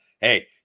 hey